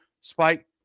spike